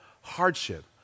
hardship